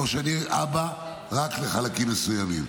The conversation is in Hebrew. או שאני אבא רק של חלקים מסוימים?